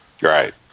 Right